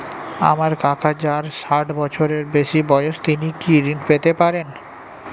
আমার কাকা যার ষাঠ বছরের বেশি বয়স তিনি কি ঋন পেতে পারেন?